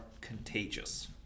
contagious